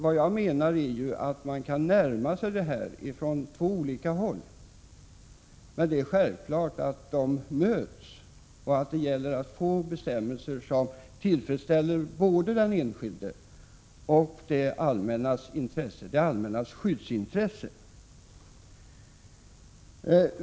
Vad jag menar är att man kan närma sig den här frågan 16 december 1986 från två olika håll, men självfallet möts man i en gemensam ståndpunkt, där det gäller att få bestämmelser som tillfredsställer både den enskildes och det allmännas skyddsintresse.